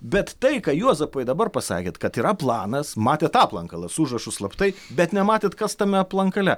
bet tai ką juozapai dabar pasakėt kad yra planas matėt aplankalą su užrašu slaptai bet nematėt kas tame aplankale